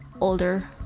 older